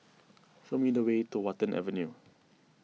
show me the way to Watten Avenue